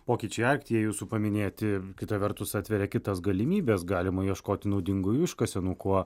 pokyčiai arktyje jūsų paminėti kita vertus atveria kitas galimybes galima ieškoti naudingųjų iškasenų kuo